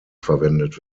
verwendet